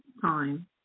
time